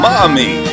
Mommy